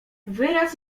wyraz